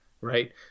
right